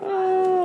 יעזור לך בפריימריז.